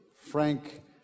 Frank